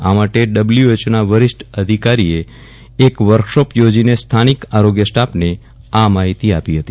આ માટે ડબલ્યુએચઓના વરિષ્ઠ અધિકારીએ એક વર્કશોપ યોજીને સ્થાનિક આરોગ્ય સ્ટાફને માહિતી આપી હતી